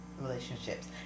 relationships